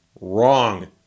wrong